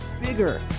bigger